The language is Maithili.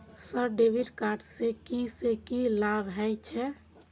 सर डेबिट कार्ड से की से की लाभ हे छे?